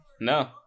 No